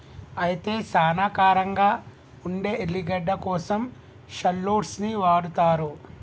అయితే సానా కారంగా ఉండే ఎల్లిగడ్డ కోసం షాల్లోట్స్ ని వాడతారు